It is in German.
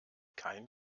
kein